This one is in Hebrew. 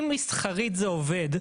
אם מסחרית זה עובד,